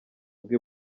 bwe